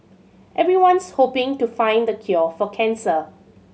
everyone's hoping to find the cure for cancer